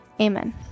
Amen